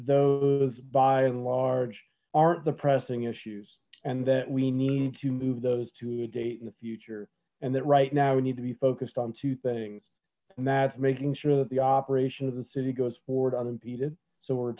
those by and large aren't the pressing issues and that we need to move those to a date in the future and that right now we need to be focused on two things and that's making sure that the operation of the city goes forward unimpeded so we're